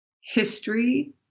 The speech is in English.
history